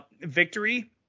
victory